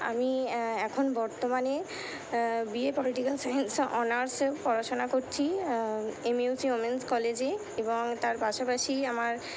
আমি এখন বর্তমানে বি এ পলিটিক্যাল সায়েন্স অনার্সে পড়াশোনা করছি এম ইউ সি উমেন্স কলেজে এবং তার পাশাপাশি আমার